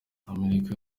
amerika